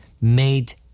made